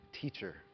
teacher